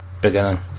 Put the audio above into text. beginning